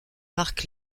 mark